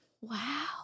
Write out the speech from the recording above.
Wow